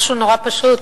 משהו נורא פשוט.